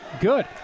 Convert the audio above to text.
Good